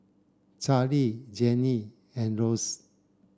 Charlie Jeanie and Lorenz